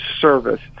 service